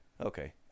okay